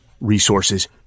resources